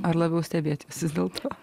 ar labiau stebėtis vis dėlto